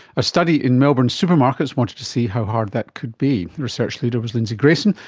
a study in melbourne supermarkets wanted to see how hard that could be. the research leader was lindsay grayson,